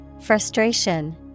Frustration